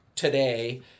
today